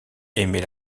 aimait